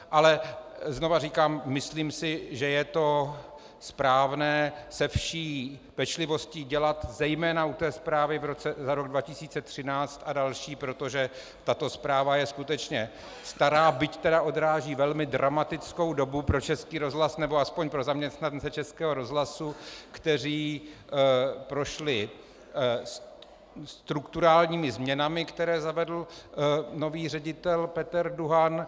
Ale znovu říkám, myslím si, že je to správné se vší pečlivostí dělat, zejména u té zprávy za rok 2013 a další, protože tato zpráva je skutečně stará, byť odráží velmi dramatickou dobu pro Český rozhlas, nebo aspoň pro zaměstnance Českého rozhlasu, kteří prošli strukturálními změnami, které zavedl nový ředitel Peter Duhan.